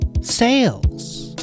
sales